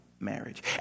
Marriage